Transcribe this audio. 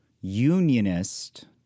unionist